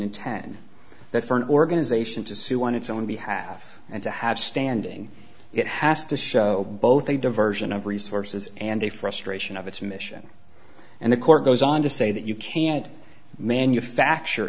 and ten that for an organization to sue on its own behalf and to have standing it has to show both a diversion of resources and a frustration of its mission and the court goes on to say that you can't manufacture